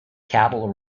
cattle